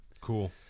Cool